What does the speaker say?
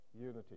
unity